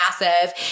massive